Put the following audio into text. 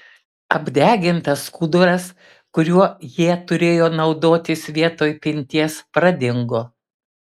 apdegintas skuduras kuriuo jie turėjo naudotis vietoj pinties pradingo